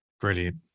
Brilliant